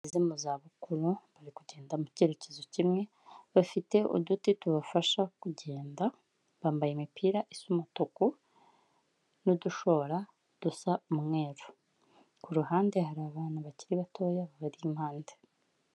Abageze mu za bukuru bari kugenda mu cyerekezo kimwe, bafite uduti tubafasha kugenda, bambaye imipira isa umutuku n'udushora dusa umweru, ku ruhande hari abantu bakiri batoya babari impande.